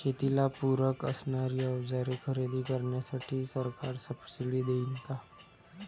शेतीला पूरक असणारी अवजारे खरेदी करण्यासाठी सरकार सब्सिडी देईन का?